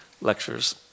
lectures